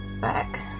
back